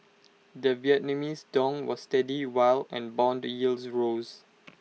the Vietnamese dong was steady while and Bond yields rose